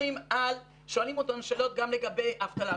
שואלים אותנו שאלות גם לגבי אבטלה.